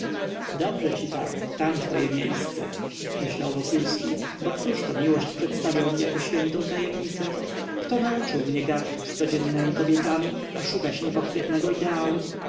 dobrze ci tak tam twoje miejsce myślał wokulski bo któżto miłość przedstawiał mi jako świętą tajemnicę kto nauczył mnie gardzić codziennemi kobietami a szukać niepochwytnego ideału